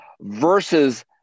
versus